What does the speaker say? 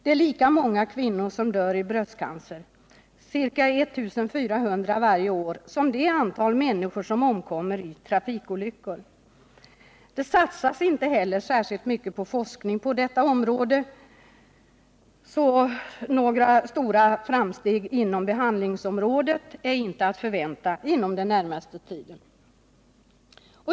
Det är lika många kvinnor som dör i bröstcancer — ca 1 400 varje år — som det antal människor som omkommer i trafikolyckor. Det satsas inte heller särskilt mycket på forskning på detta område, varför några stora framsteg inom behandlingsområdet inte är att förvänta inom den närmaste tiden.